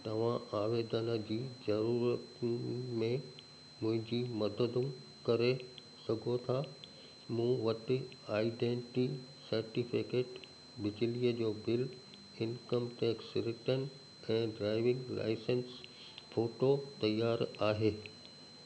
तव्हां आवेदन जी ज़रूरत में मुंहिंजी मदद करे सघो था मूं वटि आईडेंटी सर्टिफिकेट बिजलीअ जो बिल इनकम टैक्स रिटर्न ऐं ड्राइविंग लाइसेंस फ़ोटॉ तयारु आहे